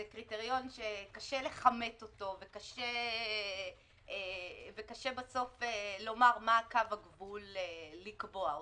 זה קריטריון שקשה לכמת אותו וקשה בסוף לומר מה קו הגבול לקבוע אותו,